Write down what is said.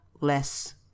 less